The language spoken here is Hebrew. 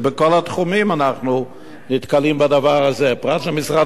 בכל התחומים אנחנו נתקלים בדבר הזה, פרט למשרד